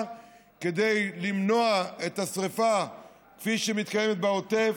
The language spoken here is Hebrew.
כדי למנוע את השרפה כפי שמתקיימת בעוטף.